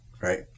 right